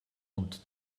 und